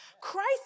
Christ